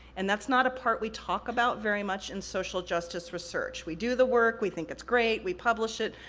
and that's not a part we talk about very much in social justice research. we do the work, we think it's great, we publish it,